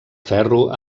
ferro